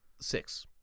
Six